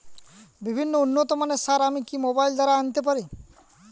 বিভিন্ন উন্নতমানের সার আমি কি মোবাইল দ্বারা আনাতে পারি?